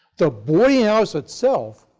the boarding house, itself,